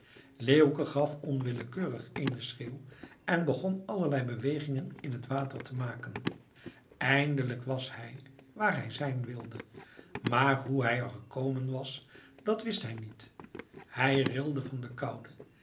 leeuwke gaf onwillekeurig eenen schreeuw en begon allerlei bewegingen in het water te maken eindelijk was hij waar hij zijn wilde maar hoe hij er gekomen was dat wist hij niet hij rilde van de koude